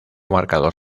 marcador